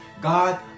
God